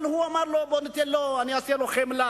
אבל הוא אמר לו: אנהג בחמלה,